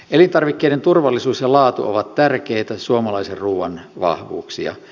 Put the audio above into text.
elintarvikkeiden turvallisuus ja laatu ovat tärkeitä suomalaisen ruuan vahvuuksia